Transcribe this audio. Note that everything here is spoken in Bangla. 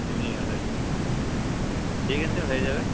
চিমনি ভাঁটার ইট ঠিক আছে হয়ে যাবে